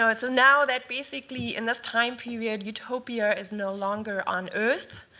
ah so now that basically in this time period, utopia is no longer on earth,